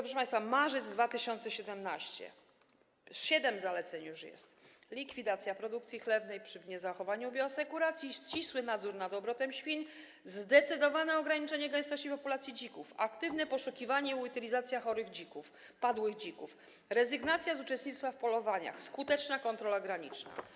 Proszę państwa, marzec 2017 r., już jest siedem zaleceń: likwidacja produkcji chlewnej przy niezachowaniu bioasekuracji, ścisły nadzór nad obrotem świń, zdecydowane ograniczenie gęstości populacji dzików, aktywne poszukiwanie i utylizacja chorych dzików, padłych dzików, rezygnacja z uczestnictwa w polowaniach, skuteczna kontrola graniczna.